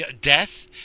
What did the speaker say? death